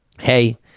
Hey